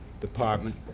department